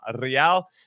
Real